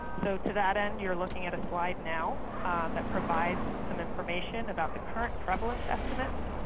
so, to that end, you're looking at a slide now that provides some information about the current prevalence estimates.